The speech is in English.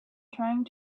trying